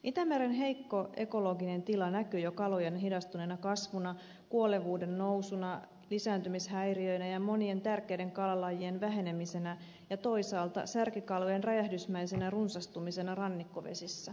itämeren heikko ekologinen tila näkyy jo kalojen hidastuneena kasvuna kuolevuuden nousuna lisääntymishäiriöinä ja monien tärkeiden kalalajien vähenemisenä ja toisaalta särkikalojen räjähdysmäisenä runsastumisena rannikkovesissä